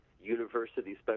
university